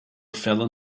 fell